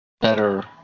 better